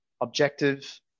objective